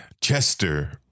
Chester